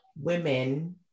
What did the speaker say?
women